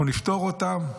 אנחנו נפטור אותם,